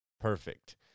perfect